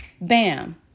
Bam